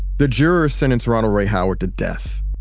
the jurors sentence ronald ray howard to death.